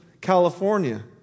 California